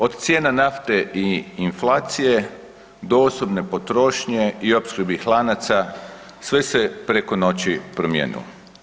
Od cijena nafte i inflacije, dostupne potrošnje i opskrbnih lanaca, sve se preko noći promijenilo.